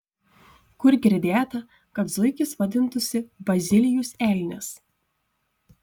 kur girdėta kad zuikis vadintųsi bazilijus elnias